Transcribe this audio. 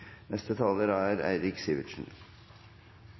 Neste taler er